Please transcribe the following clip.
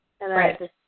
Right